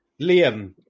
Liam